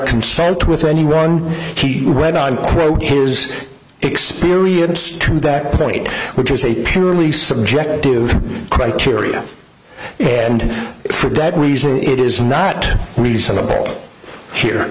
consult with anyone he read i'm quoting his experience to that point which is a purely subjective criteria and for that reason it is not reasonable here